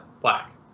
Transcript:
Black